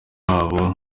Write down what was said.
abo